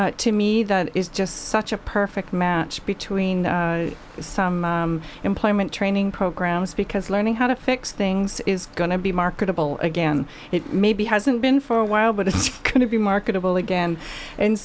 to me that is just such a perfect match between some employment training programs because learning how to fix things is going to be marketable again it maybe hasn't been for a while but it's going to be marketable again and